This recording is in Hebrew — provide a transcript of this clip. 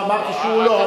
אני לא אמרתי שהוא לא.